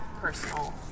personal